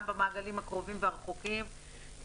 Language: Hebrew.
גם במעגלים הקרובים והרחוקים,